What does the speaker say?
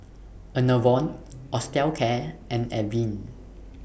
Enervon Osteocare and Avene